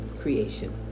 creation